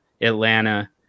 Atlanta